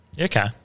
Okay